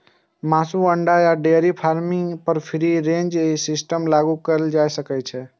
मासु, अंडा आ डेयरी फार्मिंग पर फ्री रेंज सिस्टम लागू कैल जा सकै छै